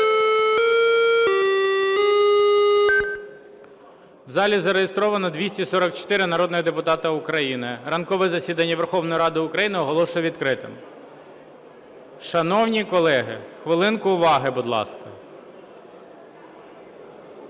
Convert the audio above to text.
У залі зареєстровано 244 народних депутати України. Ранкове засідання Верховної Ради України оголошую відкритим. Шановні колеги, хвилинку уваги, будь ласка.